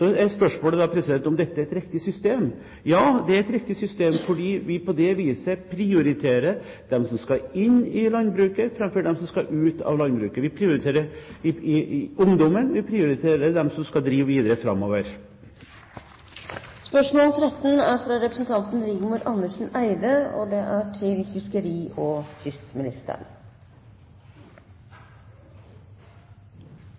er spørsmålet om dette er et riktig system. Ja, det er et riktig system, fordi vi på det viset prioriterer dem som skal inn i landbruket, framfor dem som skal ut av landbruket. Vi prioriterer ungdommen, vi prioriterer dem som skal drive videre framover. Jeg har følgende spørsmål: «I 2007 konkluderte Kystverket med at Stad skipstunnel til